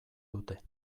dute